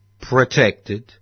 protected